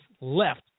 left